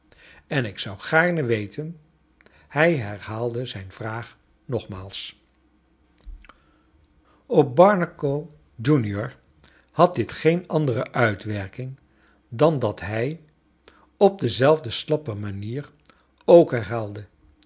en ik zou gaarne weten hij herhaalde zijne vraag nogmaals op barnacle junior had dit geen andere uitwerking dan dat hij op dezelfde slappe manier ook